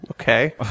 okay